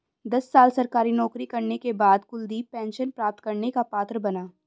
दस साल सरकारी नौकरी करने के बाद कुलदीप पेंशन प्राप्त करने का पात्र बना